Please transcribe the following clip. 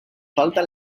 falta